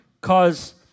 cause